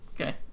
Okay